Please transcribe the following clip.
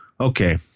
okay